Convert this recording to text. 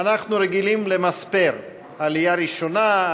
ישראל אנחנו רגילים למספר: עלייה ראשונה,